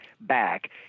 back